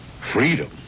Freedom